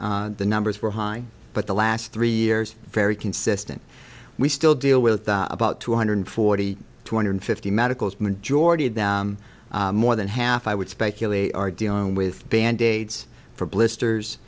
nine the numbers were high but the last three years very consistent we still deal with about two hundred forty two hundred fifty medicals majority of them more than half i would speculate are dealing with band aids for blisters